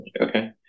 okay